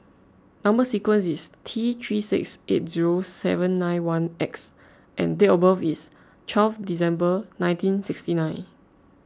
Number Sequence is T three six eight zero seven nine one X and date of birth is twelve December nineteen sixty nine